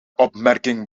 opmerking